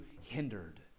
hindered